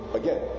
again